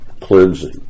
cleansing